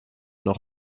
noch